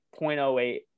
0.08